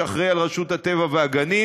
שאחראי לרשות הטבע והגנים,